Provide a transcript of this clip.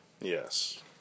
Yes